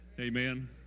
Amen